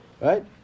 right